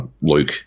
Luke